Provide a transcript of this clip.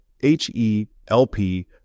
H-E-L-P